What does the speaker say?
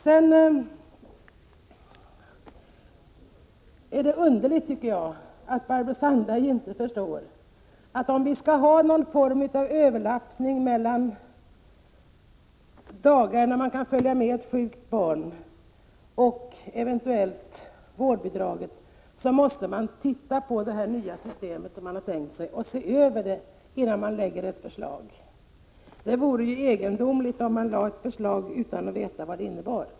Det är underligt att Barbro Sandberg inte förstår att om vi skall försöka att införa någon form av överlappning mellan dagar då man kan följa med sjukt barn och eventuellt vårdbidrag måste ett sådant system ses över innan förslag läggs fram. Det vore egendomligt om man lade ett förslag utan att veta vad det innebär.